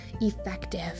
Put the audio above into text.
effective